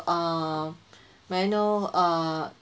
err may I know err